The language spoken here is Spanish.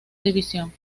división